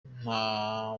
nta